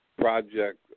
project